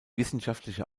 wissenschaftliche